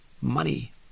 money